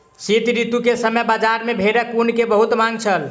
शीत ऋतू के समय बजार में भेड़क ऊन के बहुत मांग छल